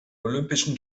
olympischen